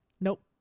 Nope